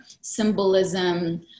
symbolism